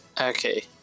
okay